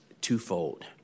twofold